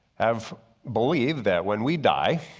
have believed that when we die,